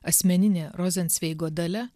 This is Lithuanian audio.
asmeninė rozencveigo dalia